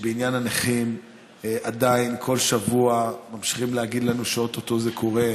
שבעניין הנכים עדיין כל שבוע ממשיכים להגיד לנו שאו-טו-טו זה קורה.